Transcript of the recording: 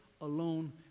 alone